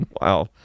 Wow